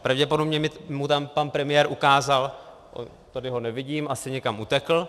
Pravděpodobně mu tam pan premiér ukázal tady ho nevidím, asi někam utekl...